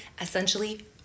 essentially